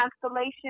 Constellation